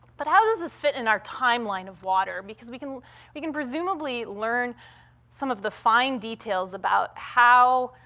but how does this fit in our timeline of water? because we can we can presumably learn some of the fine details about how